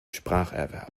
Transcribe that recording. spracherwerb